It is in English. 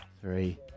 three